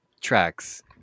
tracks